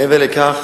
מעבר לכך